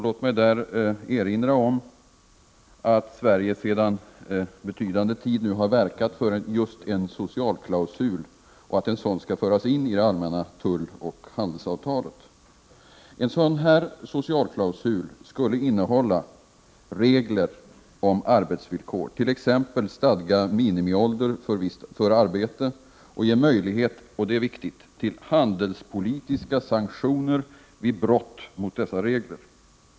Låt mig erinra om att Sverige sedan lång tid har verkat för att just en socialklausul skall föras in i det allmänna tulloch handelsavtalet. En sådan socialklausul skulle innehålla regler om arbetsvillkor, t.ex. stadga minimiålder för arbete, och ge möjlighet — det är viktigt — till handelspolitiska sanktioner vid brott mot dessa regler.